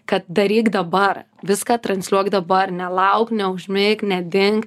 kad daryk dabar viską transliuok dabar nelauk neužmik nedink